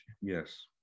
Yes